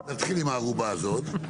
נתחיל עם הערובה הזאת.